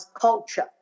culture